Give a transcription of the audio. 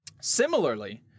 Similarly